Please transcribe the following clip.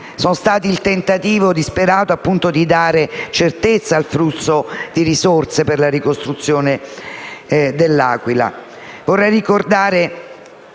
riguardato il tentativo disperato di dare certezza al flusso di risorse per la ricostruzione dell'Aquila. Vorrei ricordare